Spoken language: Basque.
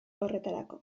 horretarako